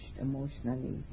emotionally